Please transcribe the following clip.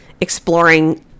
exploring